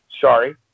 Sorry